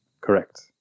Correct